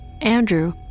Andrew